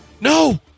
No